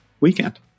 weekend